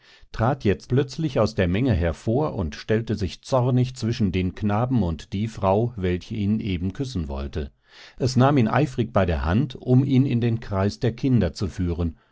trat jetzt plötzlich aus der menge hervor und stellte sich zornig zwischen den knaben und die frau welche ihn eben küssen wollte es nahm ihn eifrig bei der hand um ihn in den kreis der kinder zu führen